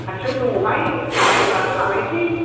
खाथियावनो दङहाय अट'फोरखौ लांनोसै